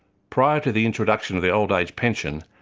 prior to the introduction of the old age pension,